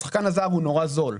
השחקן הזר הוא נורא זול.